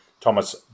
Thomas